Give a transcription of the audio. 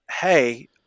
Hey